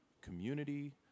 community